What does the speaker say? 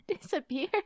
disappear